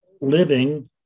living